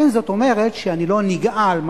אין זאת אומרת שאני לא נגעל,